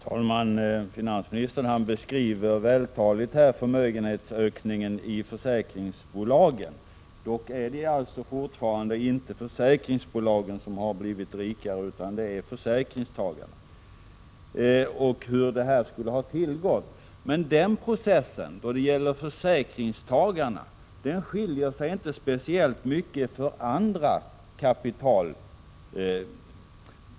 Herr talman! Finansministern beskriver vältaligt förmögenhetsökningen i försäkringsbolagen. Dock är det alltså fortfarande inte försäkringsbolagen som har blivit rikare utan det är försäkringstagarna. Hur har då detta gått till? Denna process då det gäller försäkringstagarna skiljer sig inte speciellt mycket från förhållandena för andra kapitalägare.